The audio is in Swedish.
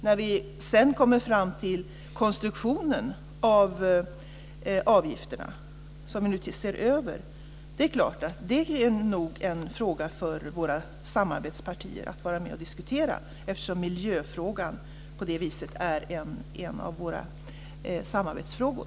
När vi sedan kommer fram till konstruktionen av avgifterna, som vi nu ser över, är det nog däremot en fråga för våra samarbetspartier att vara med och diskutera, eftersom miljöfrågan på det viset är en av våra samarbetsfrågor.